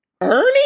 Ernie